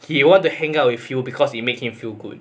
he want to hang out with you because it makes him feel good